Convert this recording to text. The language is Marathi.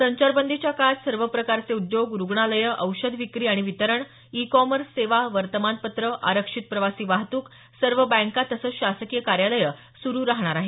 संचारबंदीच्या काळात सर्व प्रकारचे उद्योग रुग्णालयं औषध विक्री आणि वितरण ई कॉमर्स सेवा वर्तमानपत्रं आरक्षित प्रवासी वाहतुक सर्व बँका तसंच शासकीय कार्यालयं सुरू राहणार आहेत